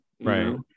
Right